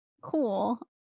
cool